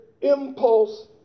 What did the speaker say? impulse